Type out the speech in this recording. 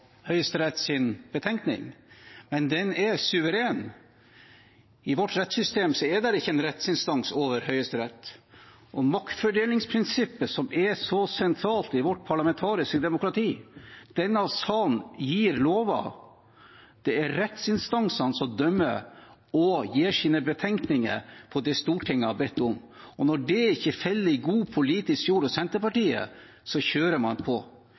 høyesterett. Så kan vi ha mange privatpraktiserende jurister av ymse slag som kan ha synspunkter på Høysteretts betenkning, men den er suveren. I vårt rettssystem er det ikke en rettsinstans over Høyesterett. Maktfordelingsprinsippet er så sentralt i vårt parlamentariske demokrati. Denne salen gir lover. Det er rettsinstansene som dømmer og gir sine betenkninger om det Stortinget har bedt om. Når det ikke faller i god politisk jord hos Senterpartiet, kjører man på.